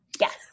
Yes